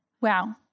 Wow